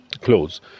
clothes